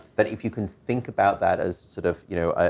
but if you can think about that as sort of, you know, ah